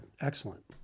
excellent